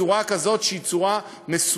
בצורה כזאת שהיא צורה מסודרת,